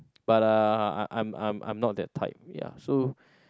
but uh I'm I'm I'm not that type ya so